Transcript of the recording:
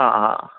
അ ആ